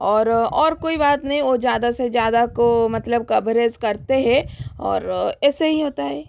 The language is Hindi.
और और कोई बात नहीं वो ज़्यादा से ज़्यादा को मतलब कभरेज करते हैं और ऐसे ही होता है